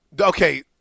Okay